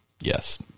yes